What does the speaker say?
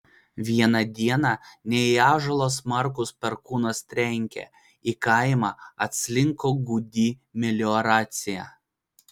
vieną dieną ne į ąžuolą smarkus perkūnas trenkė į kaimą atslinko gūdi melioracija